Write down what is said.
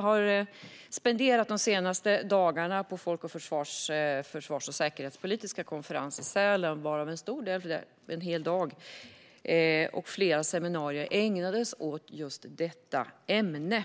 har spenderat de senaste dagarna på Folk och Försvar, den försvars och säkerhetspolitiska konferensen i Sälen. Där ägnades en hel dag och flera seminarier åt just detta ämne.